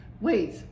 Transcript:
wait